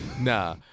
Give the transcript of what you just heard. Nah